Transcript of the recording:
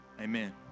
amen